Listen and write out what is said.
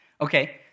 Okay